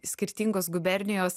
skirtingos gubernijos